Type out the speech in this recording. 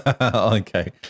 Okay